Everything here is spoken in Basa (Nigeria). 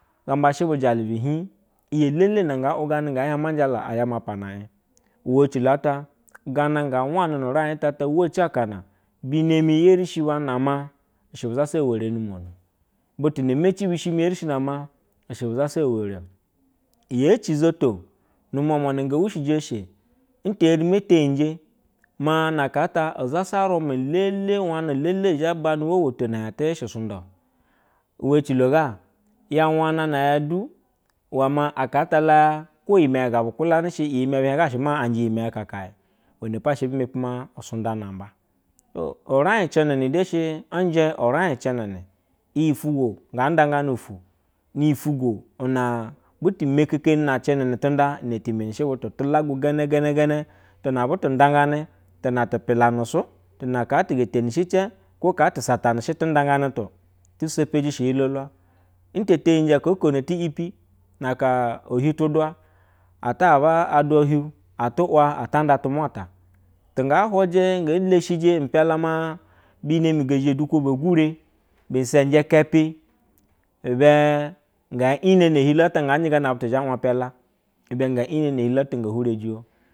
Gamba shɛ bujalu bu hii iyi elele na nga ugane nga hie maja aze ma pana uwe ecilo ta gana nga wane nu rai utata waci kena, binemi erishi ba bana she bu zasa eweremio butu na mecibi shimi eri she nana ishi bu zasa ewere yeci zoto munmna ge wu she eshe te erima tainje emaa elia ta uzasa rumi elele wana elele zhe ban ma moto shati yeshe sunday, we ecilo wana ya elu uwa aka ata la koyime gabu kulashi asha behien ga anje iyim eye kakao menepo asha bu maa usanda namba urai loneni de she nje rai cenenl, iyi fugwo nga nda ne tw iyi gugwo na butu mekeke na cenanɛ nda na time shi butu tulugu genegene tuna butu ndagane tuna tu pila su tuna wa ge tenishi ceg ka haa tu satane tundagana sepeji shi hilu wa bte teyije ajana eti epi ata baba, ahua chin atu wa ata nda tamu ata tunga huje nge leshiji mpialami na bino ngezhe dulewo biseje kebi nge ine no ohilo ata ngaje inene chilo ata ge hure jiyo.